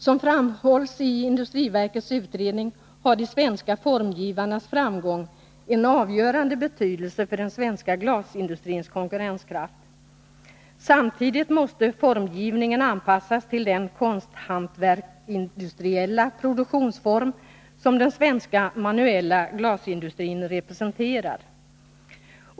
Som framhålls i industriverkets utredning har de svenska formgivarnas framgång en avgörande betydelse för den svenska glasindustrins konkurrenskraft. Samtidigt måste formgivningen anpassas till den konsthantverksindustriella produktionsform som den svenska manuella glasindustrin representerar.